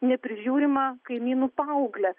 neprižiūrima kaimynų paauglę